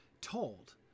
told